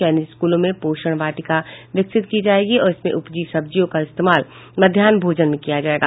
चयनित स्कूलों में पोषण वाटिका विकसित की जायेगी और इसमें उपजी सब्जियों का इस्तेमाल मध्याहन भोजन में किया जायेगा